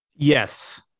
Yes